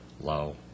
Low